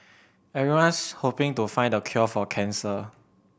everyone's hoping to find the cure for cancer